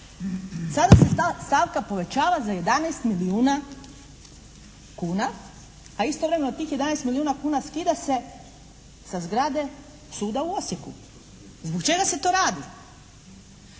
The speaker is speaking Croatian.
Sada se ta stavka povećava za 11 milijuna kuna, a istovremeno tih 11 milijuna kuna skida se sa zgrade suda u Osijeku. Zbog čega se to radi?